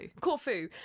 corfu